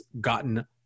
gotten